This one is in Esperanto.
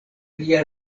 lia